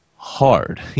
hard